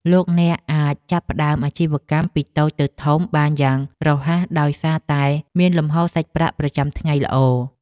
លោកអ្នកអាចចាប់ផ្តើមអាជីវកម្មពីតូចទៅធំបានយ៉ាងរហ័សដោយសារតែមានលំហូរសាច់ប្រាក់ប្រចាំថ្ងៃល្អ។